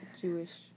Jewish